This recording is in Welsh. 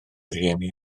rieni